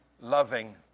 Loving